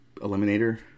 eliminator